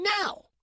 Now